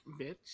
bitch